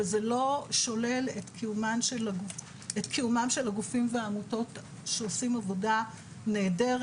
וזה לא שולל את קיומם של הגופים והעמותות שעושים עבודה נהדרת.